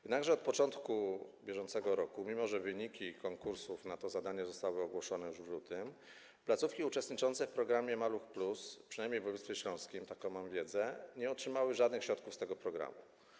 Jednakże od początku bieżącego roku, mimo że wyniki konkursów na to zadanie zostały ogłoszone już w lutym, placówki uczestniczące w programie „Maluch+”, przynajmniej w województwie śląskim, taką mam wiedzę, nie otrzymały żadnych środków z tego programu.